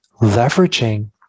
leveraging